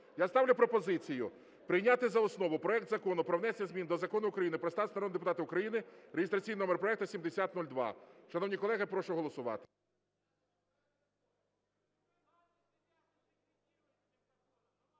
Я ставлю пропозицію прийняти за основу проект Закону про внесення змін до Закону України "Про статус народного депутата України" (реєстраційний номер проекту 7002). Шановні колеги, прошу голосувати.